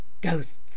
Ghosts